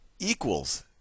equals